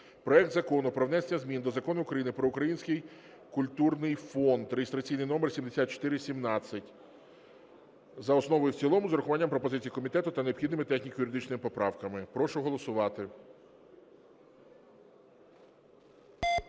проект Закону про внесення змін до Закону України "Про Український культурний фонд" (реєстраційний номер 7417) за основу і в цілому з урахуванням пропозицій комітету та необхідними техніко-юридичними поправками. Прошу голосувати.